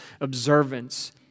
observance